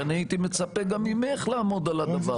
שאני הייתי מצפה גם ממך לעמוד על הדבר הזה.